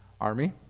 army